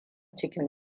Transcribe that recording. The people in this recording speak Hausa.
da